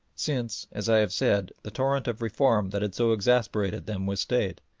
since, as i have said, the torrent of reform that had so exasperated them was stayed,